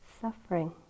suffering